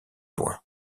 loin